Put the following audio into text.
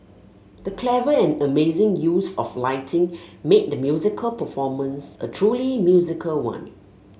the clever and amazing use of lighting made the musical performance a truly musical one